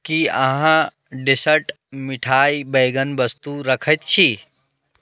कि अहाँ डेसर्ट मिठाइ बैगन वस्तु रखैत छी